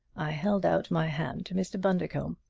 i held out my hand to mr. bundercombe.